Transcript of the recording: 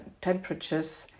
temperatures